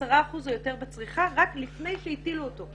10 אחוזים או יותר בצריכה וזה עוד לפני שהטילו את ההיטל.